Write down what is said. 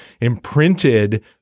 imprinted